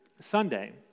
Sunday